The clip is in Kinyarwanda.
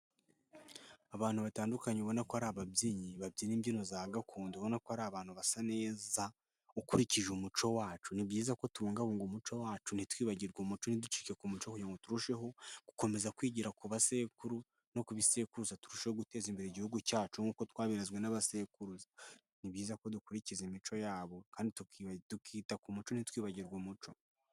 Abantu batandukanye, ubona ko ari ababyinnyi. Babyina imbyino za gakondo. Ubona ko ari abantu basa neza, ukurikije umuco wacu. Ni byiza ko tubungabunga umuco wacu ntitwibagirwe umuco, ntiducike ku muco kugira ngo turusheho, gukomeza kwigira ku basekuru no ku bisekuruza. Turushaho guteza imbere Igihugu cyacu nk'uko twabirazwe n'abasekuruza. Ni byiza ko dukurikiza imico yabo kandi tukita ku muco ntitwibagirwe umuco.